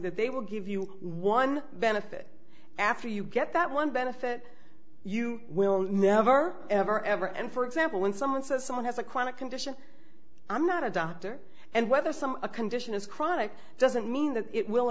that they will give you one benefit after you get that one benefit you will never ever ever and for example when someone says someone has a chronic condition i'm not a doctor and whether some a condition is chronic doesn't mean that it will